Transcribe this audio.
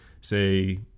say